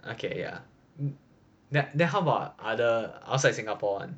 okay ya then then how about other outside singapore